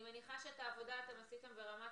אני מניחה שאת העבודה אתם עשיתם ברמת